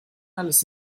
alles